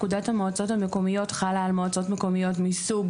פקודת המועצות המקומיות חלה על מועצות מקומיות מסוג